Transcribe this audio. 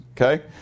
okay